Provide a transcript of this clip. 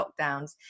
lockdowns